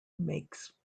makes